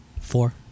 Four